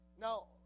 Now